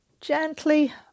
gently